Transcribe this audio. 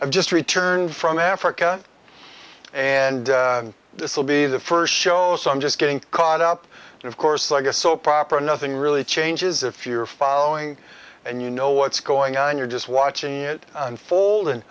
i've just returned from africa and this will be the first shows i'm just getting caught up in of course like a soap opera nothing really changes if you're following and you know what's going on you're just watching it unfold and